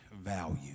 value